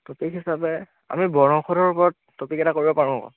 topic হিচাপে আমি বনৌষধৰ ওপৰত টপিক এটা কৰিব পাৰোঁ